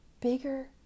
bigger